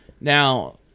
Now